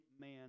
man